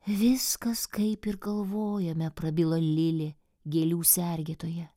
viskas kaip ir galvojome prabilo lilė gėlių sergėtoja